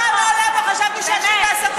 זה מה שיביא שקט?